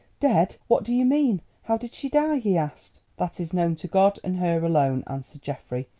dead! what do you mean? how did she die? he asked. that is known to god and her alone, answered geoffrey.